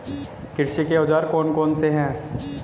कृषि के औजार कौन कौन से हैं?